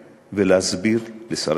ולהסביר לשר השיכון,